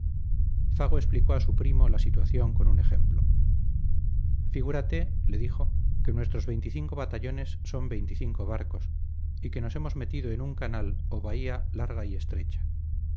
fago explicó a su primo la situación con un ejemplo figúrate le dijo que nuestros veinticinco batallones son veinticinco barcos y que nos hemos metido en un canal o bahía larga y estrecha